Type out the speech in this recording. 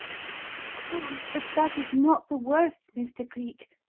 oh! but that is not the worst, mr. cleek,